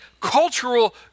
cultural